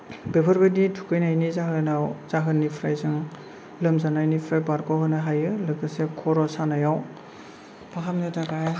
बेफोरबायदि थुखैनायनि जाहोननिफ्राय जों लोमजानायनिफ्राय बारग'होनो हायो लोगोसे खर' सानायाव फाहामनो थाखाय